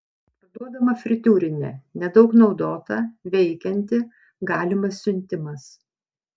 parduodama fritiūrinė nedaug naudota veikianti galimas siuntimas